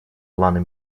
планы